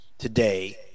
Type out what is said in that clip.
Today